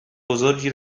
بزرگی